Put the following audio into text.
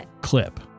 clip